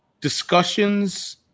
Discussions